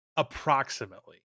approximately